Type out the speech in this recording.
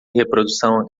reprodução